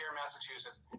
Massachusetts